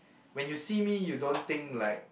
when you see me you don't think like